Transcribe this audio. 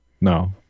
No